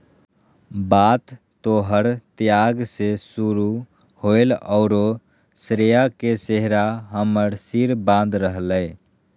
बात तोहर त्याग से शुरू होलय औरो श्रेय के सेहरा हमर सिर बांध रहलय